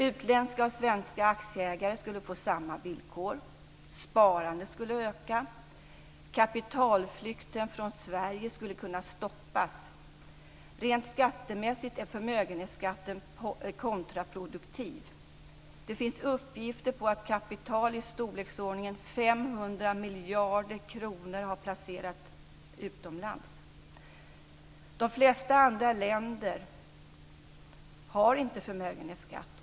Utländska och svenska aktieägare skulle få samma villkor. Sparandet skulle öka. Kapitalflykten från Sverige skulle kunna stoppas. Rent skattemässigt är förmögenhetsskatten kontraproduktiv. Det finns uppgifter om att kapital i storleksordningen 500 miljarder kronor har placerats utomlands. De flesta andra länder har inte förmögenhetsskatt.